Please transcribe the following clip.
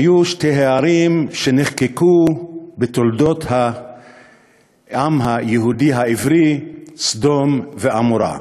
היו שתי הערים שנחקקו בתולדות העם היהודי העברי: סדום ועמורה.